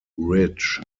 ridge